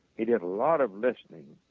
he did a lot of listening,